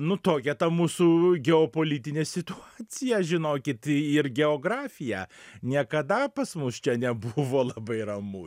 nu tokia ta mūsų geopolitinė situacija žinokit ir geografija niekada pas mus čia nebuvo labai ramu